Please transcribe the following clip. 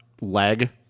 leg